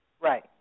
Right